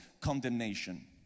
condemnation